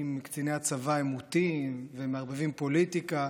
קציני הצבא הם מוטים ומערבבים פוליטיקה,